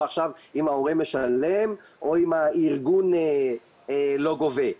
עכשיו אם ההורה משלם או אם הארגון לא גובה.